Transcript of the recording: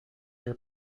are